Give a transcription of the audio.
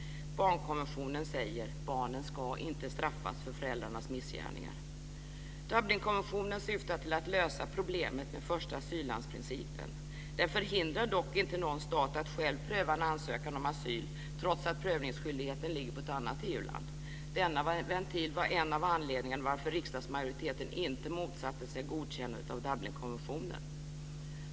Barnkonventionen säger: Barnen ska inte straffas för föräldrarnas missgärningar. Dublinkonventionen syftar till att lösa problemet med första asyllandsprincipen. Den förhindrar dock inte någon stat att själv pröva en ansökan om asyl trots att prövningsskyldigheten ligger på ett annat EU-land. Denna ventil var en av anledningarna till att riksdagsmajoriteten inte motsatte sig godkännandet av Dublinkonventionen.